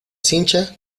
cincha